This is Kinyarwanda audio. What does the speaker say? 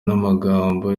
n’amagambo